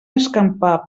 escampar